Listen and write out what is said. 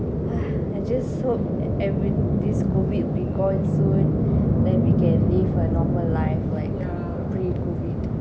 uh I just hope every this COVID will gone soon then we can live a normal life like free err free COVID